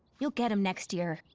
you'll get em next year!